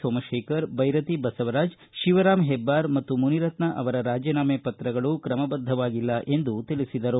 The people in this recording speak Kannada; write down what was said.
ಸೋಮಶೇಖರ ಭೈರತಿ ಬಸವರಾಜ ಶಿವರಾಮ ಹೆಬ್ಬಾರ ಮತ್ತು ಮುನಿರತ್ನ ಅವರ ರಾಜೀನಾಮೆ ಪತ್ರಗಳು ಕ್ರಮಬದ್ದವಾಗಿಲ್ಲ ಎಂದು ತಿಳಿಸಿದರು